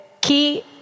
key